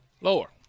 Lower